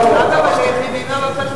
זה לא, בפלמ"ח.